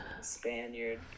Spaniard